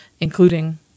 including